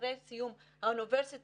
אחרי סיום האוניברסיטאות,